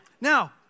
Now